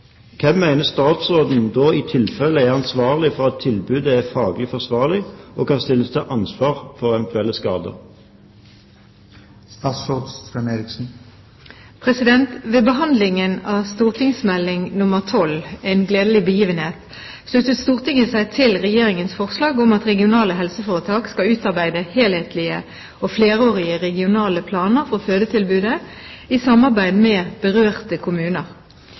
Hvem mener statsråden da i tilfelle er ansvarlig for at tilbudet er faglig forsvarlig og kan stilles til ansvar ved skader?» Ved behandlingen av St.meld. nr. 12 for 2008–2009 En gledelig begivenhet sluttet Stortinget seg til Regjeringens forslag om at regionale helseforetak skal utarbeide helhetlige og flerårige regionale planer for fødetilbudet, i samarbeid med berørte kommuner.